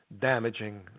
damaging